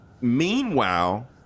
Meanwhile